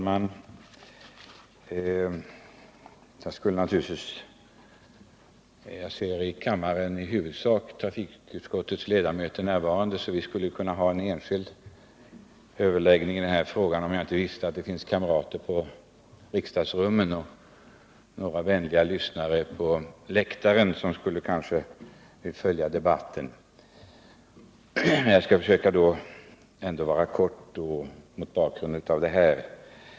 Herr talman! Jag ser i kammaren i huvudsak trafikutskottets ledamöter närvarande, så vi skulle ju kunna ha en enskild överläggning i det här ärendet, om jag inte visste att det finns kamrater som lyssnar i arbetsrummen och några vänliga åhörare på läktaren som kanske vill följa debatten. I alla händelser skall jag försöka att fatta mig kort.